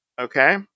Okay